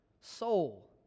soul